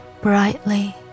brightly